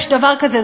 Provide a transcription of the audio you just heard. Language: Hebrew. יש דבר כזה,